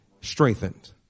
strengthened